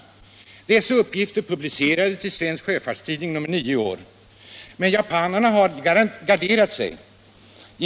Dessa uppgifter publicerades i Svensk Sjöfarts Tidning nr 9 detta år. Men japanerna har garderat sig.